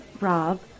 Rob